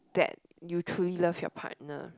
that you truly love your partner